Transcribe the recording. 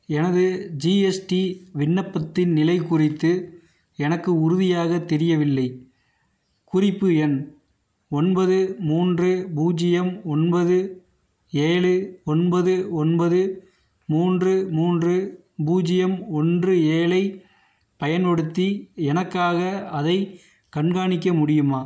எனது ஜிஎஸ்டி விண்ணப்பத்தின் நிலை குறித்து எனக்கு உறுதியாக தெரியவில்லை குறிப்பு எண் ஒன்பது மூன்று பூஜ்யம் ஒன்பது ஏழு ஒன்பது ஒன்பது மூன்று மூன்று பூஜ்யம் ஒன்று ஏழை பயன்படுத்தி எனக்காக அதை கண்காணிக்க முடியுமா